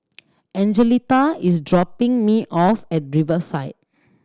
Angelita is dropping me off at Riverside